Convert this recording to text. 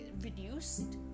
reduced